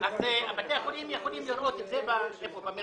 בתי החולים יכולים לראות את זה במרכבה?